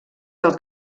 del